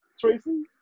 Tracy